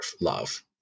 love